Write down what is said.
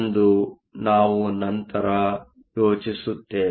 ಎಂದು ನಾವು ನಂತರ ಯೋಚಿಸುತ್ತೇವೆ